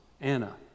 Anna